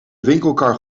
winkelkar